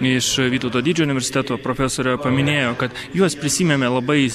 iš vytauto didžiojo universiteto profesorė paminėjo kad juos prisiėmėme labai